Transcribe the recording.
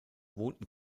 wohnten